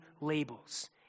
labels